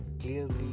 clearly